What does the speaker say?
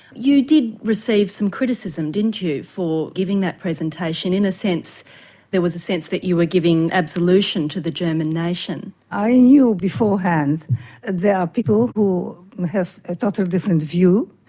you did receive some criticism, didn't you, for giving that presentation? in a sense there was a sense that you were giving absolution to the german nation? i knew beforehand there are people who have a totally different view.